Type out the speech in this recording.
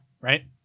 right